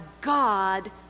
God